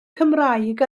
cymraeg